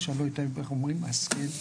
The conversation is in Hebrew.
השכל.